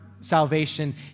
salvation